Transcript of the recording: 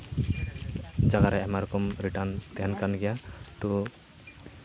ᱡᱟᱭᱜᱟ ᱨᱮ ᱟᱭᱢᱟ ᱨᱚᱠᱚᱢ ᱨᱤᱴᱟᱨᱱ ᱛᱟᱦᱮᱱ ᱠᱟᱱ ᱜᱮᱭᱟ ᱛᱚ